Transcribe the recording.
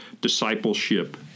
discipleship